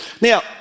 Now